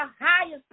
highest